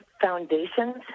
foundations